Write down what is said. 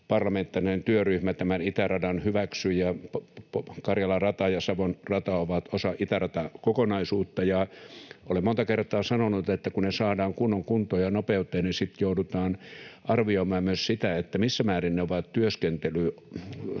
Liikenne 12 ‑työryhmä tämän itäradan hyväksyi, ja Karjalan rata ja Savon rata ovat osa itäratakokonaisuutta. Olen monta kertaa sanonut, että kun ne saadaan kunnon kuntoon ja nopeuteen, sitten joudutaan arvioimaan myös sitä, missä määrin ne ovat ikään